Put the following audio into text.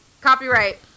copyright